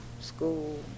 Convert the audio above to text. school